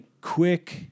quick